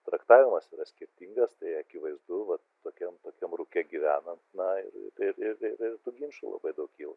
traktavimas yra skirtingas tai akivaizdu vat tokiam tokiam rūke gyvenam na ir ir ir tų ginčų labai daug kyla